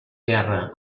guerra